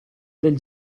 del